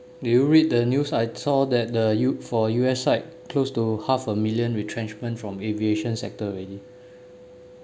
did you read the news I saw that the u for U_S side close to half a million retrenchment from aviation sector already